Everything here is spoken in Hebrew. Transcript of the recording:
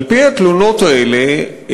על-פי התלונות האלה,